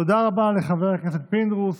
תודה רבה לחבר הכנסת פינדרוס.